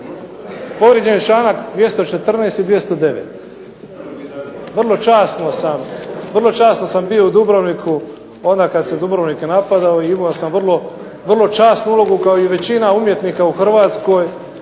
Povrijeđen je članak 214. i 209. Vrlo časno sam bio u Dubrovniku onda kada se Dubrovnik napadao i imao sam vrlo časnu ulogu kao i većina umjetnika u HRvatskoj